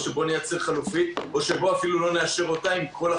האפשרויות